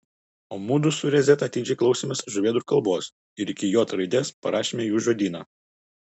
o mudu su rezeta atidžiai klausėmės žuvėdrų kalbos ir iki j raidės parašėme jų žodyną